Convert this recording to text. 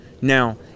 Now